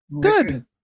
good